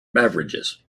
beverages